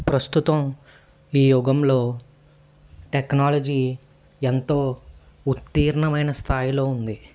ప్రస్తుతం ఈ యుగంలో టెక్నాలజీ ఎంతో ఉత్తీర్ణమైన స్థాయిలో ఉంది